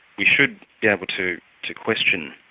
we should be able to to question